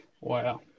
Wow